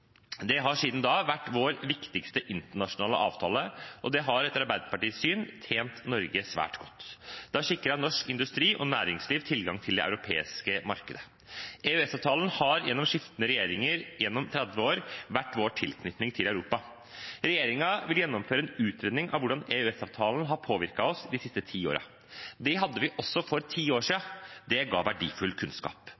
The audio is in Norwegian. Det har siden da vært vår viktigste internasjonale avtale, og det har etter Arbeiderpartiets syn tjent Norge svært godt. Det har sikret norsk industri og næringsliv tilgang til det europeiske markedet. EØS-avtalen har gjennom skiftende regjeringer gjennom 30 år vært vår tilknytning til Europa. Regjeringen vil gjennomføre en utredning av hvordan EØS-avtalen har påvirket oss de siste ti årene. Det hadde vi også for ti år